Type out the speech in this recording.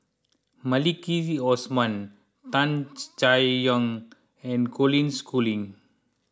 Maliki Osman Tan Chay Yan and Colin Schooling